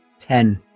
Ten